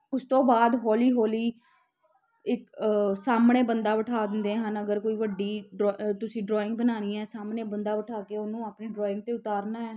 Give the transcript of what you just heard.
ਉਸ ਤੋਂ ਬਾਅਦ ਹੌਲੀ ਹੌਲੀ ਇੱਕ ਸਾਹਮਣੇ ਬੰਦਾ ਬਿਠਾ ਦਿੰਦੇ ਹਨ ਅਗਰ ਕੋਈ ਵੱਡੀ ਡਰਾ ਤੁਸੀਂ ਡਰਾਇੰਗ ਬਣਾਉਣੀ ਹੈ ਸਾਹਮਣੇ ਬੰਦਾ ਬਿਠਾ ਕੇ ਉਹਨੂੰ ਆਪਣੀ ਡਰੋਇੰਗ 'ਤੇ ਉਤਾਰਨਾ ਹੈ